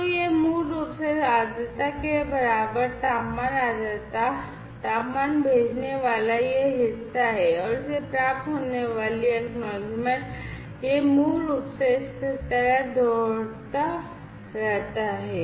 तो ये मूल रूप से इस आर्द्रता के बराबर तापमान आर्द्रता तापमान भेजने वाला यह हिस्सा है और इसे प्राप्त होने वाली पावती यह मूल रूप से इस तरह दोहराता रहता है